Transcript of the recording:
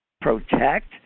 protect